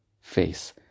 face